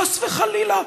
חס וחלילה,